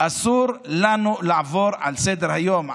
אסור לנו לעבור לסדר-היום.